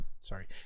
sorry